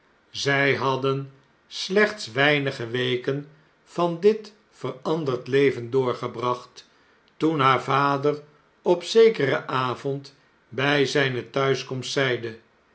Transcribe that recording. zjj hadden slechts weinige weken van dit veranderd leven doorgebracht toen haar vader op zekeren avond bjj zyne thuiskomst zeide